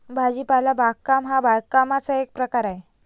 भाजीपाला बागकाम हा बागकामाचा एक प्रकार आहे